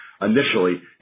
initially